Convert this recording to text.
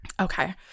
Okay